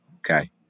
Okay